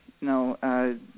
no